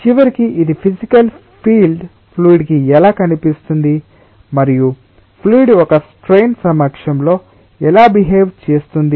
చివరికి ఇది physical field fluid కి ఎలా కనిపిస్తుంది మరియు ఫ్లూయిడ్ ఒక స్ట్రైన్ సమక్షంలో ఎలా బిహేవే చేస్తుంది